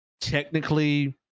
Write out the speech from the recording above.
technically